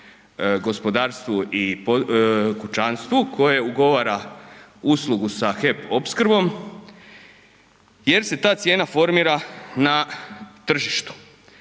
gospodarstvu i kućanstvu koje ugovara uslugu sa HEP opskrbom jer se ta cijena formira na tržištu.